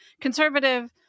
conservative